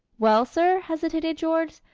well, sir, hesitated george,